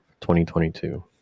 2022